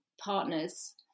partners